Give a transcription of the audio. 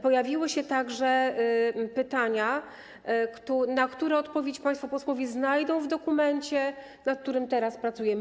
Pojawiły się także pytania, na które odpowiedź państwo posłowie znajdą w dokumencie, nad którym teraz pracujemy.